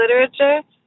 literature